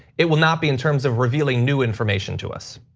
it will not be in terms of revealing new information to us.